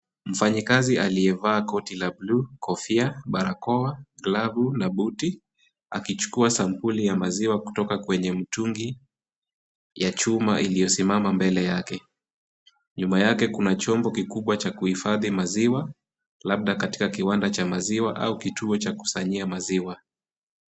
Mfanyakazi aliyevaa koti la blue , kofia, barakoa, glavu na buti akichukua sampuli ya maziwa kutoka kwenye mtungi ya chuma iliyosimama mbele yake. Nyuma yake kuna chombo kikubwa cha kuhifadhi maziwa labda katika kiwanda cha maziwa au kituo cha kusanyia maziwa.